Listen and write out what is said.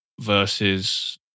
versus